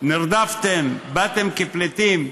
נרדפתם, באתם כפליטים,